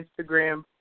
Instagram